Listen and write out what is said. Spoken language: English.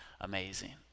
amazing